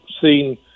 seen